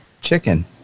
chicken